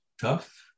tough